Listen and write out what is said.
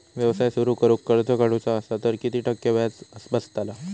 व्यवसाय सुरु करूक कर्ज काढूचा असा तर किती टक्के व्याज बसतला?